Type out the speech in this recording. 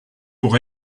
pour